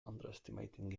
underestimating